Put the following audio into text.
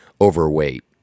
overweight